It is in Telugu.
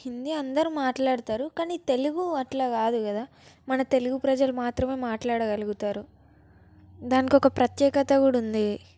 హిందీ అందరు మాట్లాడతారు కానీ తెలుగు అట్ల కాదు కదా మన తెలుగు ప్రజలు మాత్రమే మాట్లాడగలుగుతారు దానికి ఒక ప్రత్యేకత కూడా ఉంది